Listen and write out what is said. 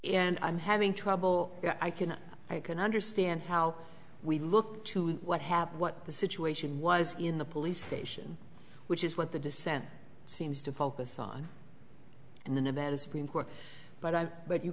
and i'm having trouble i can i can understand how we look to what happened what the situation was in the police station which is what the dissent seems to focus on and the bands but i but you